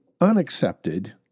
unaccepted